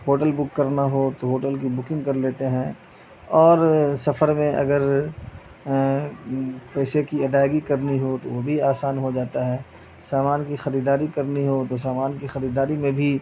hotel book کرنا ہو تو ہوٹل کی بکنگ کر لیتے ہیں اور سفر میں اگر پیسے کی ادائیگی کرنی ہو تو وہ بھی آسان ہو جاتا ہے سامان کی خریداری کرنی ہو تو سامان کی خریداری میں بھی